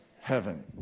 heaven